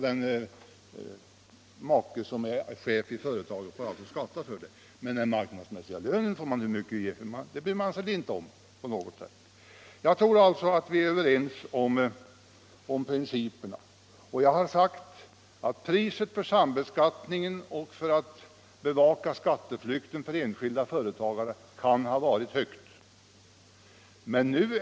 Den make som är chef för företaget får alltså skatta för det här, men den marknadsmässiga lönen bryr skattemyndigheterna sig inte om på något sätt. Jag tror således att vi är överens om principerna, och jag har sagt att priset för sambeskattningen och för att bevaka skatteflykten när det gäller enskilda företagare kan ha varit högt för de skattskyldiga.